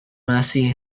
massey